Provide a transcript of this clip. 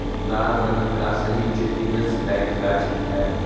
लाल रंग का सही चिन्ह यस बैंक का चिन्ह है